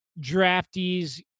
Draftees